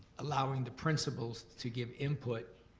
allowing the principals to give input